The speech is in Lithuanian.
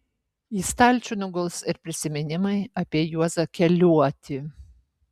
į stalčių nuguls ir prisiminimai apie juozą keliuotį